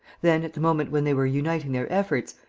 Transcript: then, at the moment when they were uniting their efforts,